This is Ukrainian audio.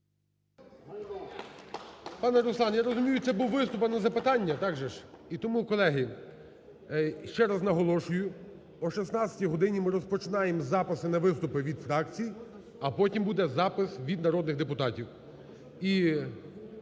Пане Руслан, я розумію, це був виступ, а не запитання, так же ж? І тому, колеги, ще раз наголошую, о 16-й годині ми розпочинаємо записи на виступи від фракцій, а потім буде запис від народних депутатів.